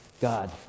God